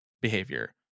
behavior